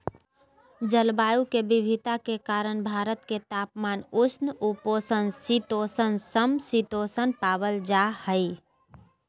जलवायु के विविधता के कारण भारत में तापमान, उष्ण उपोष्ण शीतोष्ण, सम शीतोष्ण पावल जा हई